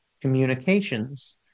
communications